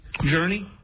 journey